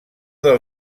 del